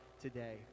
today